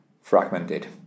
fragmented